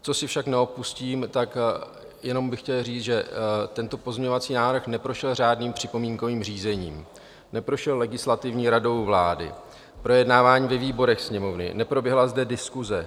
Co si však neodpustím, tak bych jenom chtěl říct, že tento pozměňovací návrh neprošel řádným připomínkovým řízením, neprošel Legislativní radou vlády, projednáváním ve výborech Sněmovny, neproběhla zde diskuse.